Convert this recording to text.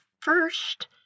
first